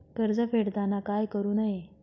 कर्ज फेडताना काय करु नये?